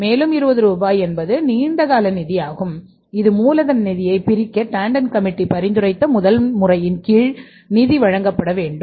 மேலும் 20 ரூபாய் என்பது நீண்டகால நிதி ஆகும் இது மூலதன நிதியைப் பிரிக்க டாண்டன் கமிட்டி பரிந்துரைத்த முதல் முறையின் கீழ் நிதி வழங்கப்பட வேண்டும்